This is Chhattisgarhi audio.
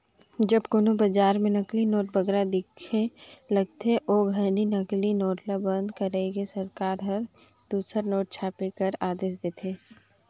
जब कोनो बजार में नकली नोट बगरा दिखे लगथे, ओ घनी नकली नोट ल बंद कइर के सरकार हर दूसर नोट छापे कर आदेस देथे